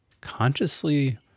consciously